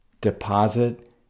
Deposit